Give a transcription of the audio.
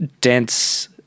Dense